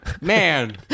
man